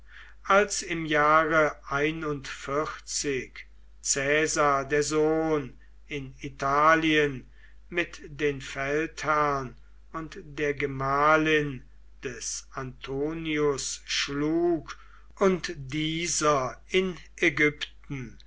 als im jahre caesar der sohn in italien mit den feldherren und der gemahlin des antonius schlug und dieser in ägypten